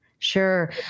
Sure